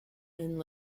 and